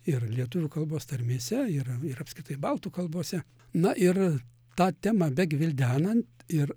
ir lietuvių kalbos tarmėse yra ir apskritai baltų kalbose na ir ta temą begvildenant ir